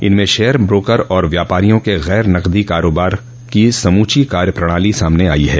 इसमें share broker और व्यापारियों के गैर नकदी कारोबार की समूची कार्य प्रणाली सामने आई है